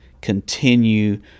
continue